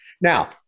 Now